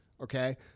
Okay